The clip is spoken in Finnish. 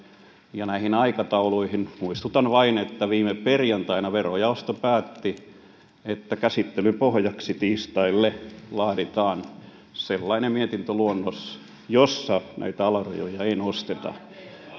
ja näistä aikatauluista muistutan vain että viime perjantaina verojaosto päätti että käsittelyn pohjaksi tiistaille laaditaan sellainen mietintöluonnos jossa näitä alarajoja ei nosteta